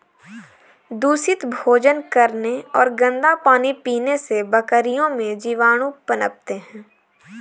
दूषित भोजन करने और गंदा पानी पीने से बकरियों में जीवाणु पनपते हैं